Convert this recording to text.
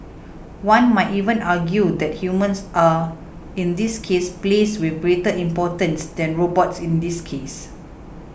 one might even argue that humans are in this case placed with greater importance than robots in this case